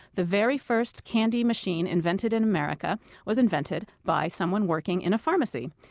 the very first candy machine invented in america was invented by someone working in a pharmacy.